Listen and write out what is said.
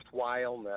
worthwhileness